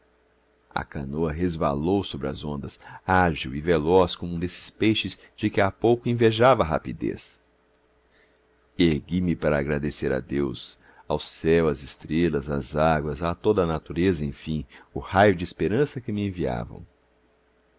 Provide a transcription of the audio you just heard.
a canoa resvalou sobre as ondas ágil e veloz como um desses peixes de que havia pouco invejava a rapidez ergui-me para agradecer a deus ao céu às estrelas às águas a toda a natureza enfim o raio de esperança que me enviavam